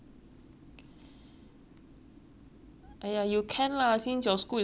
!aiya! you can lah since your school is what five to seven at night only right